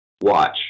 watch